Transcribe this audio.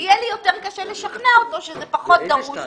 יהיה לו יותר קשה לשכנע אותו שזה פחות בגמ"חים.